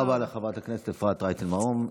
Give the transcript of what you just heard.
תודה רבה לחברת הכנסת אפרת רייטן מרום.